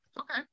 Okay